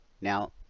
Now